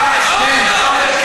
הם יצביעו לכנסת או לא?